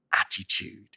attitude